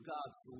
God's